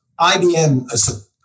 IBM